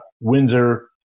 Windsor